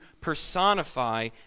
personify